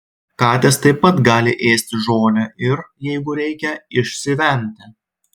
katės taip pat gali ėsti žolę ir jeigu reikia išsivemti